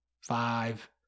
five